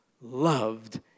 loved